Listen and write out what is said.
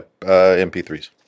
MP3s